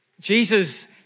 Jesus